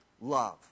love